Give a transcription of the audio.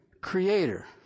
creator